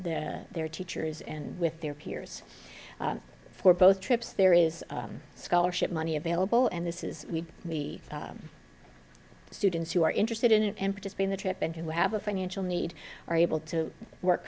with their teachers and with their peers for both trips there is scholarship money available and this is the students who are interested in it and just be in the trip and who have a financial need are able to work